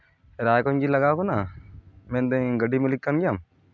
ᱨᱟᱭᱜᱚᱸᱡᱽ ᱜᱮ ᱞᱟᱜᱟᱣ ᱠᱟᱱᱟ ᱢᱮᱱᱫᱟᱹᱧ ᱜᱟᱹᱰᱤ ᱢᱟᱹᱞᱤᱠ ᱠᱟᱱ ᱜᱮᱭᱟᱢ